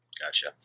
Gotcha